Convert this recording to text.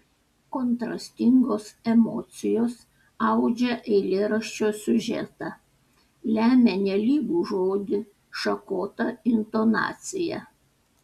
kontrastingos emocijos audžia eilėraščio siužetą lemia nelygų žodį šakotą intonaciją